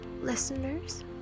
listeners